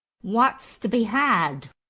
what's to be had?